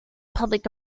public